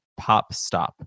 PopStop